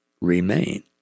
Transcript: remain